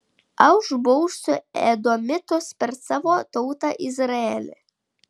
aš bausiu edomitus per savo tautą izraelį